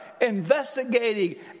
investigating